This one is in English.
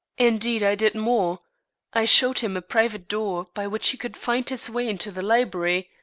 indeed, i did more i showed him a private door by which he could find his way into the library,